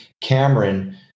cameron